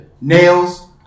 Nails